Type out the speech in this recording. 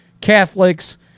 Catholics